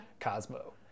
Cosmo